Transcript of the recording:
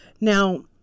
now